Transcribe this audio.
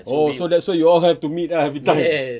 oh so that's why you all have to meet lah everytime